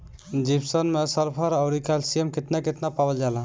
Gypsum मैं sulphur औरी calcium कितना कितना पावल जाला?